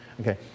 Okay